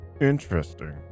Interesting